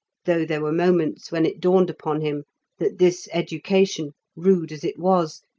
though there were moments when it dawned upon him that this education, rude as it was,